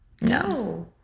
No